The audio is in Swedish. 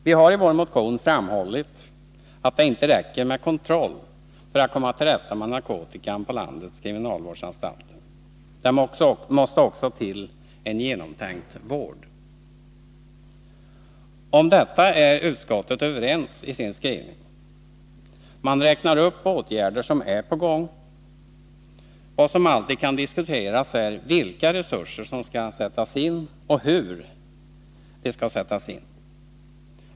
Vi har i vår motion framhållit att det inte räcker med kontroll för att komma till rätta med narkotikan på landets kriminalvårdsanstalter. Det måste också till en genomtänkt vård. Om detta är utskottet överens i sin skrivning. Man räknar upp åtgärder som är på gång. Vad som alltid kan diskuteras är vilka resurser som skall sättas in och hur de skall sättas in.